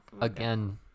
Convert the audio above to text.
Again